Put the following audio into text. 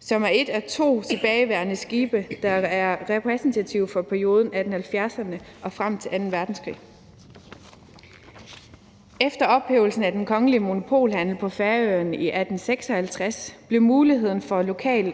som er et af to tilbageværende skibe, der er repræsentative for perioden fra 1870'erne og frem til anden verdenskrig. Efter ophævelsen af den kongelige monopolhandel på Færøerne i 1856 blev muligheden for lokal